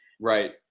Right